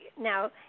now